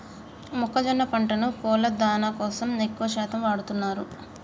మొక్కజొన్న పంటను కోళ్ళ దానా కోసం ఎక్కువ శాతం వాడుతున్నారు